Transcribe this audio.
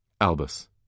Albus